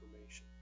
information